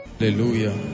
Hallelujah